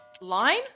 Line